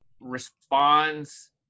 responds